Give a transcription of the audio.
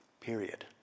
Period